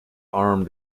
armed